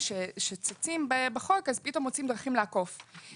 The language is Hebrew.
שצצים בחוק ופתאום מוצאים דרכים לעקוף אותם.